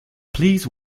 please